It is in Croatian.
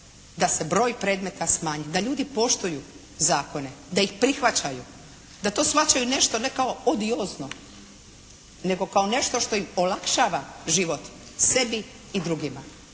da se broj predmeta smanji, da ljudi poštuju zakone, da ih prihvaćaju, da to shvaćaju nešto ne kao odiozno, nego kao nešto što im olakšava život, sebi i drugima.